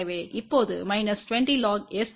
எனவே இப்போது minus 20 log S11என்பது S11 0